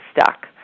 stuck